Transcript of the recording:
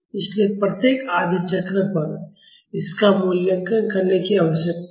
इसलिए प्रत्येक आधे चक्र पर इसका मूल्यांकन करने की आवश्यकता है